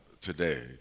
today